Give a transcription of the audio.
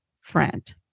friend